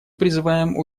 призываем